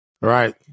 Right